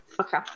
Okay